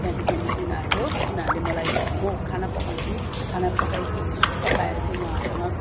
त्यहाँदेखिन् उनीहरूको उनीहरूले मलाई म खाना पकाउँछु खाना पकाइ स पकाएर चाहिँ उहाँहरूसँग